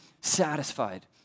satisfied